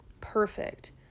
perfect